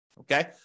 okay